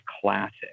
classic